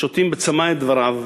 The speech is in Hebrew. שותים בצמא את דבריו,